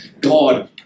God